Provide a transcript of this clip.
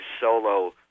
solo